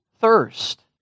thirst